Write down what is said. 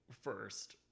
first